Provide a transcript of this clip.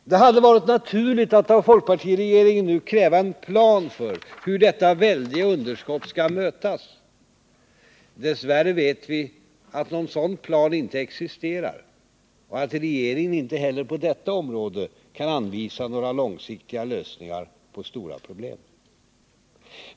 Det hade varit naturligt att av folkpartiregeringen nu kräva en plan för hur detta väldiga underskott skall mötas. Dess värre vet vi att någon sådan plan inte existerar och att regeringen inte heller på detta område kan anvisa några långsiktiga lösningar på stora problem.